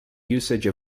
usage